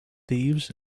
thieves